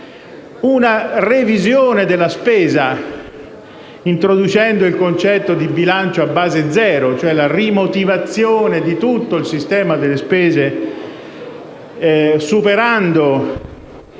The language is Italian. una revisione della spesa, introducendo il concetto di bilancio a base zero, cioè la rimotivazione di tutto il sistema delle spese superando,